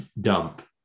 dump